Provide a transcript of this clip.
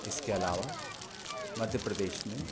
इसके अलावा मध्य प्रदेश में